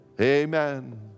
Amen